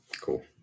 Cool